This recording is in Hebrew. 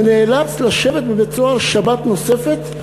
ונאלץ לשבת בבית-סוהר שבת נוספת,